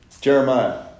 Jeremiah